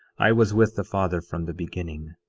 i was with the father from the beginning.